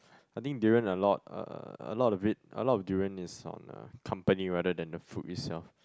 I think durian a lot uh a lot of it a lot of durian is on uh company rather than the food itself